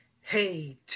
Hey